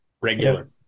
Regular